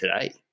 today